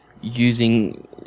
using